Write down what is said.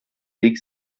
weg